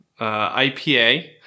IPA